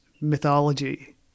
mythology